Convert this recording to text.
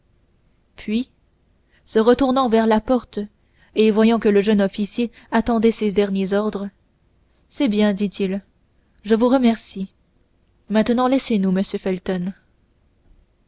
puis se retournant vers la porte et voyant que le jeune officier attendait ses derniers ordres c'est bien dit-il je vous remercie maintenant laissez-nous monsieur felton